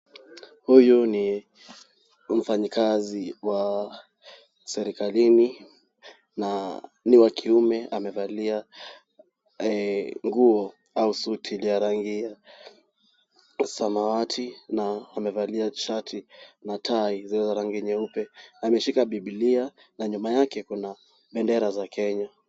Huyu ni mfanyikazi wa serikalini na ni wa kiume amevalia nguo au suti ile ya rangi ya samawati na amevalia shati na tai zile za rangi nyeupe. Ameshika bibilia na nyuma yake kuna bendera za Kenya.